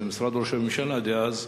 ממשרד ראש הממשלה דאז,